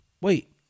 wait